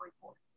reports